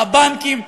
הבנקים.